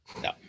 No